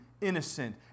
innocent